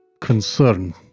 concern